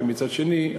ומצד שני,